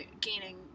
gaining